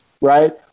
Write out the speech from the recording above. right